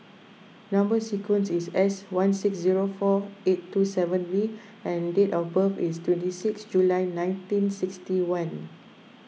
Number Sequence is S one six zero four eight two seven V and date of birth is twenty six July nineteen sixty one